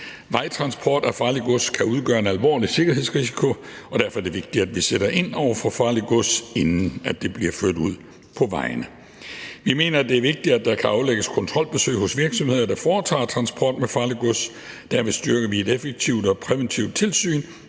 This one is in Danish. Vejtransport af farligt gods kan udgøre en alvorlig sikkerhedsrisiko, og derfor er det vigtigt, at vi sætter ind i forhold til farligt gods, inden det bliver ført ud på vejene. Vi mener, det er vigtigt, at der kan aflægges kontrolbesøg hos virksomheder, der udfører transport med farligt gods. Derved styrker vi et effektivt og præventivt tilsyn,